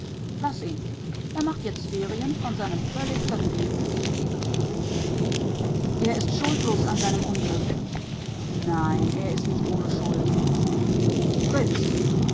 laß ihn er macht jetzt ferien von seinem völlig verfehlten ichleben er ist schuldlos an seinem unglück nein er ist nicht ohne schuld fritz